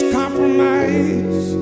compromise